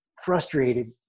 frustrated